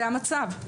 זה המצב.